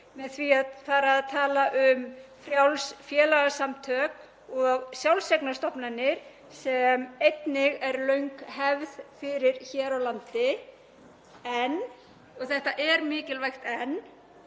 með því að fara að tala um frjáls félagasamtök og sjálfseignarstofnanir, sem einnig er löng hefð fyrir hér á landi, en, og þetta er mikilvægt en,